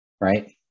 right